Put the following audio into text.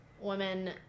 women